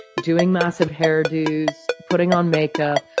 doing massive hairdos, putting on makeup,